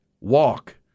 Walk